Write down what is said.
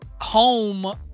home